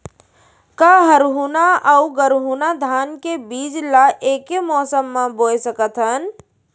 का हरहुना अऊ गरहुना धान के बीज ला ऐके मौसम मा बोए सकथन?